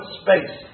space